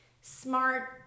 smart